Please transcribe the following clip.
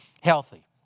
healthy